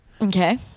Okay